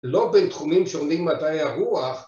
‫לא בתחומים שונים מדעי הרוח.